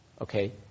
Okay